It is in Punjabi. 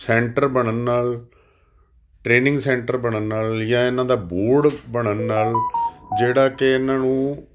ਸੈਂਟਰ ਬਣਨ ਨਾਲ ਟ੍ਰੇਨਿੰਗ ਸੈਂਟਰ ਬਣਨ ਨਾਲ ਜਾਂ ਇਹਨਾਂ ਦਾ ਬੋਰਡ ਬਣਨ ਨਾਲ ਜਿਹੜਾ ਕਿ ਇਹਨਾਂ ਨੂੰ